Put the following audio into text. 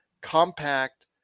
compact